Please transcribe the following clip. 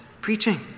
preaching